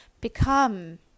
become